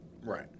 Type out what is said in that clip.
Right